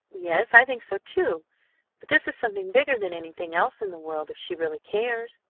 yes, i think so, too but this is something bigger than anything else in the world if she really cares.